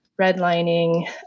redlining